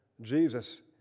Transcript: Jesus